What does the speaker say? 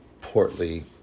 portly